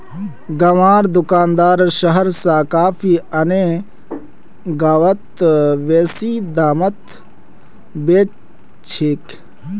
गांउर दुकानदार शहर स कॉफी आने गांउत बेसि दामत बेच छेक